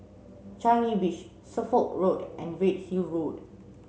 Changi Beach Suffolk Road and Redhill Road